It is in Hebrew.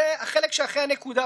החינוך.